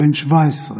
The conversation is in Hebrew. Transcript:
בן 17,